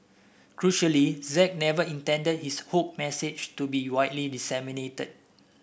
crucially Z never intended his hoax message to be widely disseminated